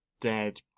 dead